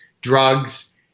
drugs